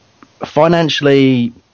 financially